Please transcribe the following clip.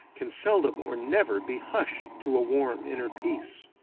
can seldom or never be hushed to a warm inner peace.